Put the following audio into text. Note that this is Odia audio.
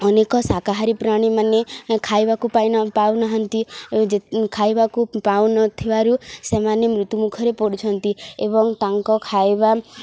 ଅନେକ ଶାକାହାରୀ ପ୍ରାଣୀମାନେ ଖାଇବାକୁ ପାଇ ପାଉ ନାହାନ୍ତି ଯେତ୍ ଖାଇବାକୁ ପାଉ ନ ଥିବାରୁ ସେମାନେ ମୃତ୍ୟୁମୁଖରେ ପଡ଼ୁଛନ୍ତି ଏବଂ ତାଙ୍କ ଖାଇବା